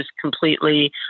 completely